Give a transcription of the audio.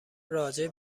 راجع